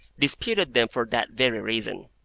disputed them for that very reason.